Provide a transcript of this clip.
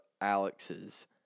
Alex's